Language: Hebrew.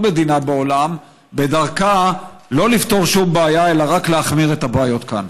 מדינה בעולם בדרכה לא לפתור שום בעיה אלא רק להחמיר את הבעיות כאן?